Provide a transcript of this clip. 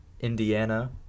Indiana